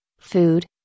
food